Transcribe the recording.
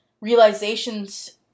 realizations